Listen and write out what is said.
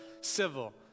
civil